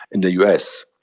in the u s.